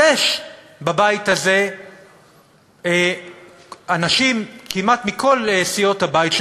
יש בבית הזה אנשים מכל סיעות הבית כמעט